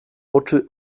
oczy